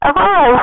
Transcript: Hello